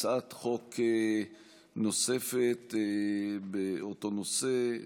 הצעת חוק נוספת באותו נושא,